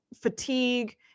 fatigue